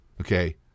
okay